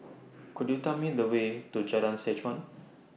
Could YOU Tell Me The Way to Jalan Seh Chuan